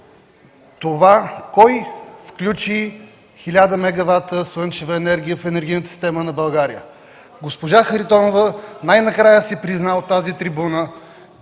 това кой включи 1000 мегавата слънчева енергия в енергийната система на България? Госпожа Харитонова най-накрая си призна от тази трибуна,